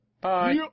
Bye